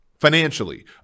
financially